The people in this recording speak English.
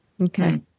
Okay